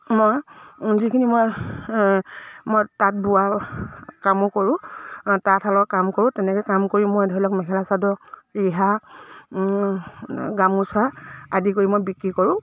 মই যিখিনি মই মই তাঁত বোৱা কামো কৰোঁ তাঁতশালৰ কাম কৰোঁ তেনেকৈ কাম কৰি মই ধৰি লওক মেখেলা চাদৰ ৰিহা গামোচা আদি কৰি মই বিক্ৰী কৰোঁ